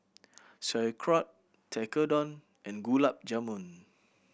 Sauerkraut Tekkadon and Gulab Jamun